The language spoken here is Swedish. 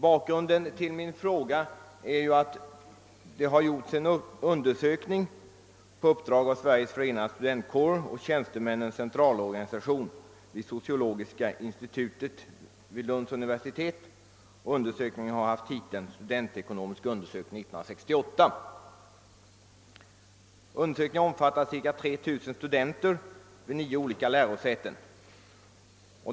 Bakgrunden till min fråga är att det har gjorts en undersökning, på uppdrag av Sveriges förenade studentkårer och Tjänstemännens centralorganisation, vid sociologiska institutionen vid Lunds universitet, vilken undersökning har fått titeln »Studentekonomisk undersökning 1968». Undersökningen har omfattat cirka 3 000 studenter vid nio olika lärosäten.